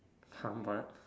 sun but